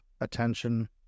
attention